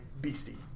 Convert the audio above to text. beastie